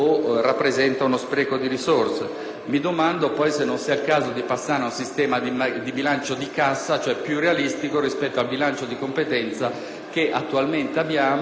Mi domando poi se non sia il caso di passare ad un sistema di bilancio di cassa, più realistico rispetto al bilancio di competenza che attualmente abbiamo, che sostanzialmente